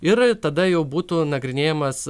ir tada jau būtų nagrinėjamas